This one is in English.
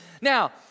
Now